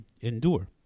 endure